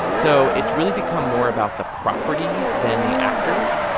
so it's really become more about the property than the actors.